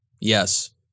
Yes